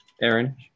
Aaron